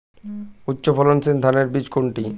উচ্চ ফলনশীল ধানের বীজ কোনটি?